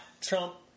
Trump